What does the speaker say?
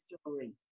story